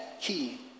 key